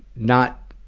not,